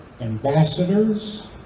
ambassadors